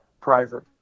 private